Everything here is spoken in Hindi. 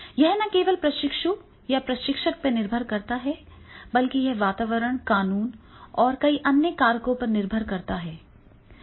यह न केवल प्रशिक्षु या प्रशिक्षक पर निर्भर करता है बल्कि यह पर्यावरण कानून और कई अन्य कारकों पर निर्भर करता है